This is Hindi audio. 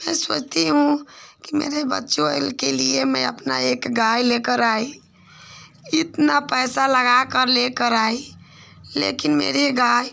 मैं सोचती हूँ कि मेरे बच्चों इनके लिए मैं अपना एक गाय लेकर आई इतना पैसा लगाकर लेकर आई लेकिन मेरी गाय